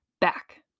back